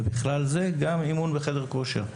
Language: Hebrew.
ובכלל זה גם אימון בחדר כושר.